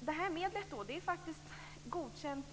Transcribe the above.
Det nya medlet är "godkänt".